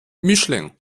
mischling